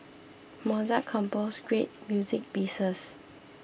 Mozart composed great music pieces